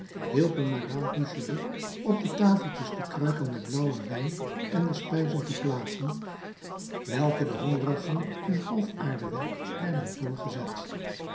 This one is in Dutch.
hielpen madame hucheloup op de tafeltjes de kruiken met blauwen wijn en de spijzen te plaatsen welke den hongerigen in grof aardewerk werden voorgezet